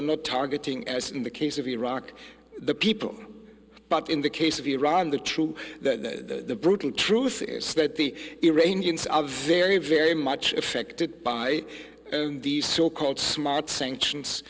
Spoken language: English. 're not targeting as in the case of iraq the people but in the case of iran the true the brutal truth is that the iranians are very very much affected by these so called smart sanctions